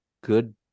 good